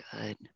good